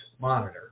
Monitor